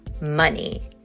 money